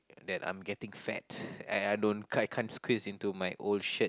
that I'm getting fat and I don't I I can't squeeze into my old shirt